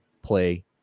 play